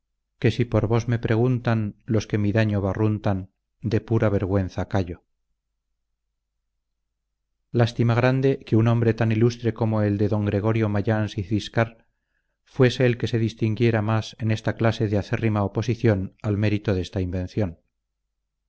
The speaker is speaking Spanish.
nueva composición espinel sólo nos dejó un modelo de su obra aquellos versos que comienzan así lástima grande que un nombre tan ilustre como el de d gregorio mayans y ciscar fuese el que se distinguiera más en esta clase de acérrima oposición al mérito de esta invención